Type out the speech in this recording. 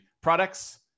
products